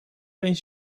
eens